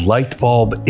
Lightbulb